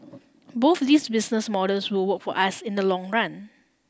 both these business models will work for us in the long run